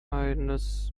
goldfisches